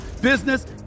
business